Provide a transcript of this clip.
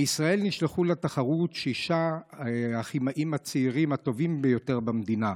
מישראל נשלחו לתחרות ששת הכימאים הצעירים הטובים ביותר במדינה,